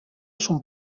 son